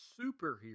superhero